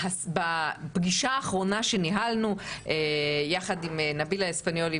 בפגישה האחרונה שניהלנו יחד עם נבילה אספניולי